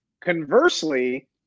Conversely